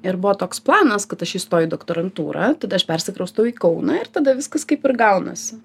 ir buvo toks planas kad aš įstoju į doktorantūrą tada aš persikraustau į kauną ir tada viskas kaip ir gaunasi